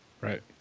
Right